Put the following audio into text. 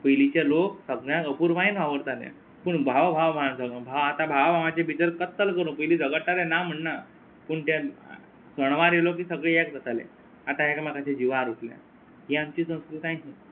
पयलींचे लोक सगळ्यांक अपुर्बायेन वावुरताले पूण भाव भाव मार झग भाव आतां भावा भावाची भितर कत्तल करूं पयलीं झगडटाले ना म्हण्णा पूण टे स्वर्णवारी लोक ही सगळी एक जाताले आतां एकामेकाच्या जिवार उटल्या ही आमची संस्कृताय न्ही